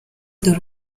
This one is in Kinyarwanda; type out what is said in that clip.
dore